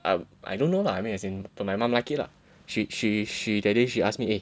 I I don't know lah I mean as in for my mom like it lah lah she she she that day she ask me eh